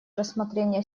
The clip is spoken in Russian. рассмотрение